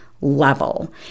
level